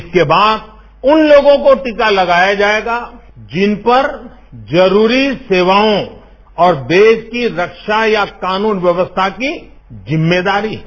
इसके बाद उन लोगों को टीका लगाया जाएगा जिन पर जरूरी सेवाओं और देश की रक्षा या कानून व्यवस्था की जिम्मेदारी है